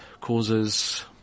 causes